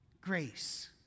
Grace